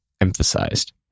emphasized